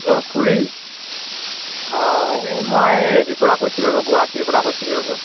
hello খুড়ী অঁ এই মই হেৰিৰ পৰা কৈছিলোঁ ৰ'ব গুৱাহাটীৰ পৰা কৈছিলোঁ ৰ'ব